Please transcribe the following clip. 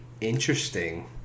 interesting